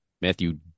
Matthew